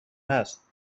هست